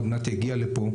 הוא עוד מעט יגיע לפה,